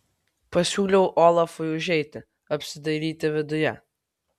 pasiūliau olafui užeiti apsidairyti viduje